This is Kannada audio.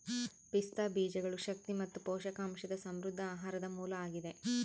ಪಿಸ್ತಾ ಬೀಜಗಳು ಶಕ್ತಿ ಮತ್ತು ಪೋಷಕಾಂಶದ ಸಮೃದ್ಧ ಆಹಾರ ಮೂಲ ಆಗಿದೆ